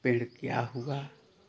पेड़ क्या हुआ